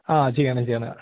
ആ ചെയ്യണം ചെയ്യണം